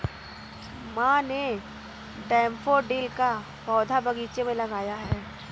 माँ ने डैफ़ोडिल का पौधा बगीचे में लगाया है